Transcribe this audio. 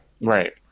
Right